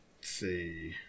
see